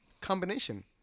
combination